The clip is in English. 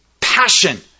passion